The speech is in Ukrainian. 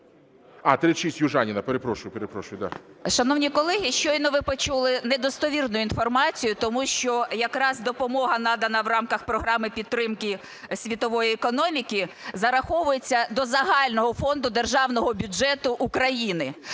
36-а, Южаніна, перепрошую. 13:07:40 ЮЖАНІНА Н.П. Шановні колеги, щойно ви почули недостовірну інформацію, тому що якраз допомога надана в рамках програми підтримки світової економіки, зараховується до загального фонду Державного бюджету України.